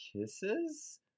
kisses